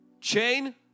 chain